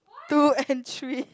two and three